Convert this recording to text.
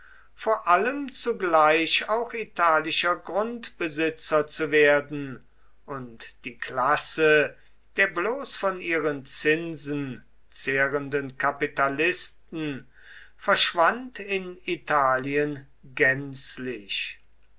vor allem zugleich auch italischer grundbesitzer zu werden und die klasse der bloß von ihren zinsen zehrenden kapitalisten verschwand in italien gänzlich